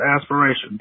aspirations